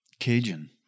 Cajun